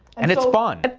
and it's fun.